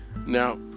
now